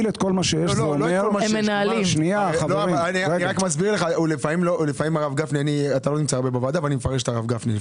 אתה לא נמצא הרבה בוועדה, ואני מפרש את הרב גפני.